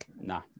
nah